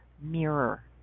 mirror